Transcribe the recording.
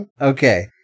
Okay